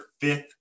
fifth